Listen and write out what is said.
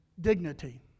dignity